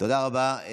תודה רבה.